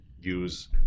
use